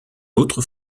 autre